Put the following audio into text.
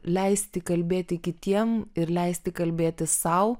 leisti kalbėti kitiem ir leisti kalbėti sau